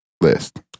list